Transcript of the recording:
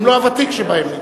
אם לא הוותיק שבהם,